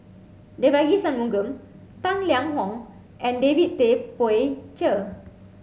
Devagi Sanmugam Tang Liang Hong and David Tay Poey Cher